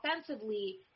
offensively